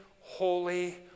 holy